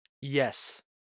Yes